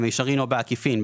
במישרין או בעקיפין,